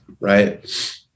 right